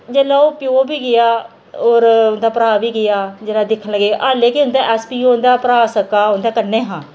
जिसलै ओह् प्यो बी गेआ होर उंदा भ्राऽ बी गेआ जिसले दिक्खन लगे हालांकि उं'दा एस पी ओ उं'दा भ्राऽ सक्का उं'दे कन्नै हा